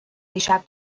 دیشب